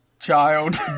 Child